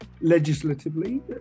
legislatively